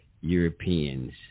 Europeans